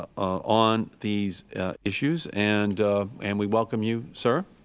on these issues. and and we welcome you, sir,